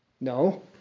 No